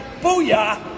Booyah